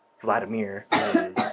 Vladimir